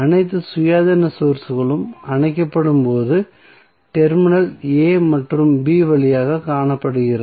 அனைத்து சுயாதீன சோர்ஸ்களும் அணைக்கப்படும் போது டெர்மினல் a மற்றும் b வழியாகக் காணப்படுகிறது